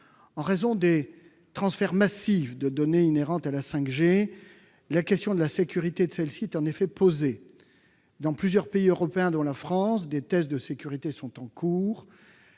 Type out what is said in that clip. En raison des transferts massifs de données inhérents à la 5G, la question de sa sécurité est en effet posée. Dans plusieurs pays européens, dont la France, des tests sont en cours.